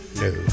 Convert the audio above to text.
No